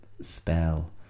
spell